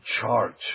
charge